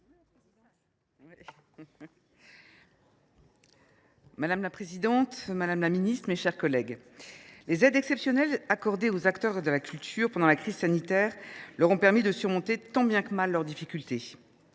Madame la présidente, madame la ministre, mes chers collègues, les aides exceptionnelles accordées aux acteurs de la culture pendant la crise sanitaire ont permis à ces derniers de surmonter tant bien que mal leurs difficultés.